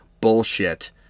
bullshit